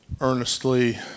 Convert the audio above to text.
earnestly